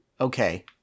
okay